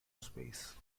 space